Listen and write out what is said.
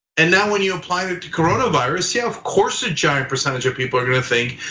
and now when you apply it to corona virus, yeah, of course a giant percentage of people are gonna think,